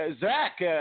Zach